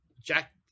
Jack